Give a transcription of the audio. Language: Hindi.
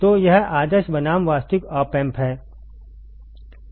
तो यह आदर्श बनाम वास्तविक ऑप एम्प है